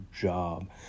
job